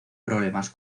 problemas